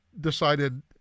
decided